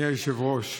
אדוני היושב-ראש,